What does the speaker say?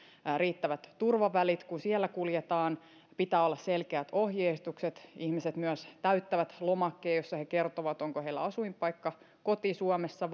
riittävät turvavälit kun siellä kuljetaan pitää olla selkeät ohjeistukset ihmiset myös täyttävät lomakkeen jossa he kertovat onko heillä asuinpaikka koti suomessa